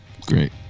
Great